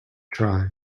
try